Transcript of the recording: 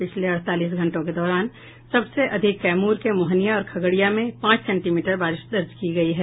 पिछले अड़तालीस घंटों के दौरान सबसे अधिक कैमूर के मोहनिया और खगड़िया में पांच सेंटीमीटर बारिश दर्ज की गयी है